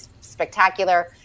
spectacular